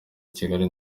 kigali